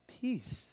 peace